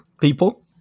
people